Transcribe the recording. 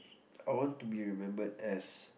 I would to be remembered as